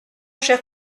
cher